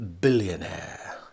billionaire